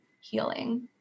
healing